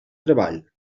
treball